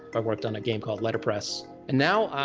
i worked on a game called letterpress. and now,